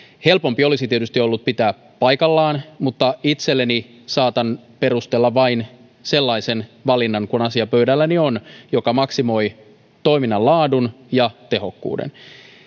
helpompi olisi tietysti ollut pitää se paikallaan mutta itselleni saatan perustella vain sellaisen valinnan kun asia pöydälläni on joka maksimoi toiminnan laadun ja tehokkuuden